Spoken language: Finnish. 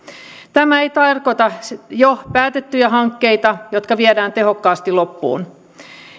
tämä ei tarkoita jo päätettyjä hankkeita jotka viedään tehokkaasti loppuun